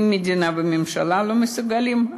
אם המדינה והממשלה לא מסוגלות,